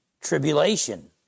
tribulation